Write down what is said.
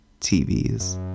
TVs